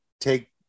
take